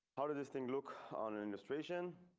how did this thing look on administration?